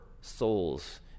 souls